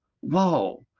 whoa